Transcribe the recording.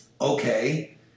okay